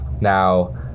Now